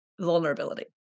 vulnerability